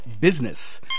business